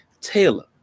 Taylor